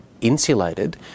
insulated